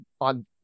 on